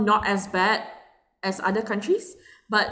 not as bad as other countries but